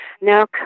now